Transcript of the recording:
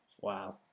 Wow